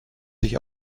sich